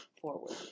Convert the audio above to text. forward